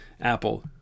Apple